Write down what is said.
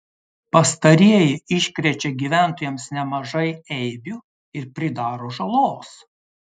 pastarieji iškrečia gyventojams nemažai eibių ir pridaro žalos